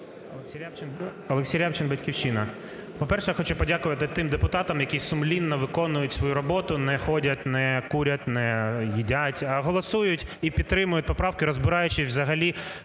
Олексій Рябчин, "Батьківщина". По-перше, я хочу подякувати тим депутатам, які сумлінно виконують свою роботу, не ходять, не курять, не їдять, а голосують і підтримують поправки, розбираючись взагалі,